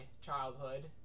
childhood